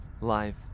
life